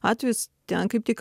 atvejis ten kaip tik